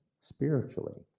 spiritually